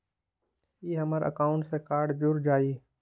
ई हमर अकाउंट से कार्ड जुर जाई?